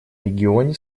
регионе